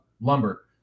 lumber